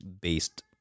based